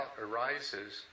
arises